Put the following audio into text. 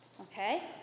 Okay